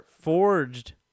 forged